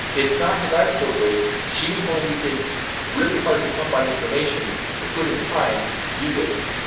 it's not because i'm so great she was willing to take really hard to come by information and put in the time to do this.